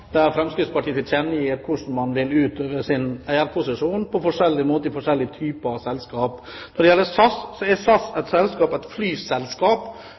der Fremskrittspartiet tilkjennegir hvordan man vil utøve eierposisjonen på forskjellige måter i forskjellige typer selskap. SAS er et flyselskap